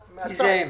מי זה "הם"?